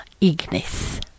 Ignis